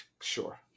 Sure